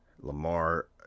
Lamar